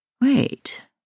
Wait